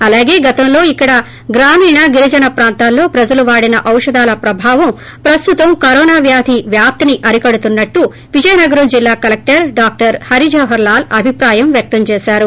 అలాగే గతంలో ఇక్కడ గ్రామీణ గిరిజన ప్రాంతాల్లో ప్రజలు వాడిన ఔషధాల ప్రభావం ప్రస్తుతం కరోనా వ్యాధి వ్యాప్తిని అరికడుతున్నట్లు విజయనగరం జిల్లా కలెక్లర్ డాక్లర్ పారిజవహర్ లాల్ అభిప్రాయం వ్యక్తం చేశారు